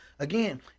Again